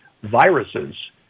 viruses